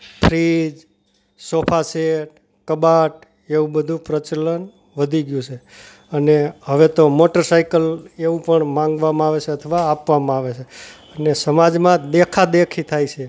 fridge sofa set કબાટ એવું બધું પ્રચલન વધી ગયું છે અને હવે તો મોટર સાઈકલ એવું પણ માંગવામાં આવે છે અથવા આપવામાં આવે છે અને સમાજમાં દેખાદેખી થાય છે